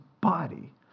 body